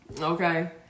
okay